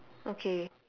okay